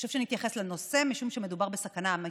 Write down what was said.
חשוב שנתייחס לנושא, משום שמדובר בסכנה אמיתית.